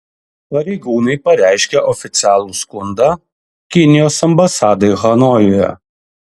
pareigūnai pareiškė oficialų skundą kinijos ambasadai hanojuje